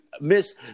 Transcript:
miss